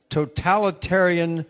totalitarian